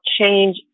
change